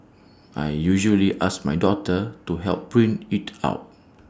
I usually ask my daughter to help print IT out